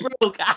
broke